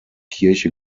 kirche